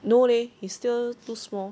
no leh he still too small